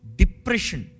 depression